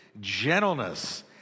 gentleness